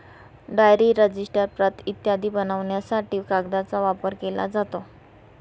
diary, register, प्रत इत्यादी बनवण्यासाठी कागदाचा वापर केला जातो